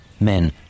Men